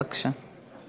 בבקשה.